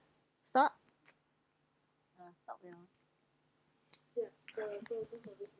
stop